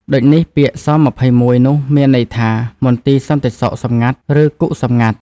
ដូចនេះ ពាក្យ ស.២១ នោះមានន័យថា មន្ទីរសន្តិសុខសុខសម្ងាត់ ឬគុកសម្ងាត់។